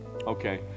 Okay